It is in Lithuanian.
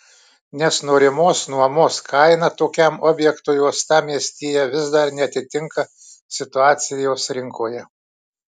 nes norimos nuomos kaina tokiam objektui uostamiestyje vis dar neatitinka situacijos rinkoje